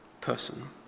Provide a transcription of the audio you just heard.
person